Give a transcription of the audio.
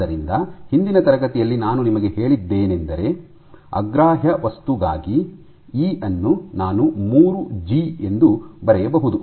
ಆದ್ದರಿಂದ ಹಿಂದಿನ ತರಗತಿಯಲ್ಲಿ ನಾನು ನಿಮಗೆ ಹೇಳಿದ್ದೇನೆಂದರೆ ಅಗ್ರಾಹ್ಯ ವಸ್ತುಗಾಗಿ ಇ ಅನ್ನು ನಾನ 3 ಜಿ ಎಂದು ಬರೆಯಬಹುದು